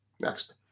Next